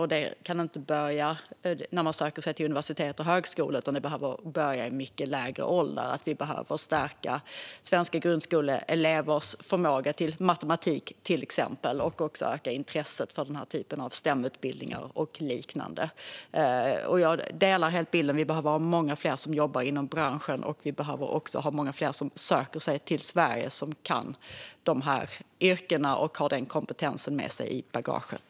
Och det kan inte börja när man söker till universitet och högskolor, utan det behöver börja i mycket lägre åldrar. Vi behöver stärka svenska grundskoleelevers förmåga i matematik, till exempel, och också öka intresset för den här typen av STEM-utbildningar och liknande. Jag delar helt bilden: Vi behöver ha många fler som jobbar inom branschen. Vi behöver också ha många fler som söker sig till Sverige som kan de här yrkena och har den kompetensen med sig i bagaget.